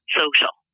social